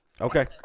okay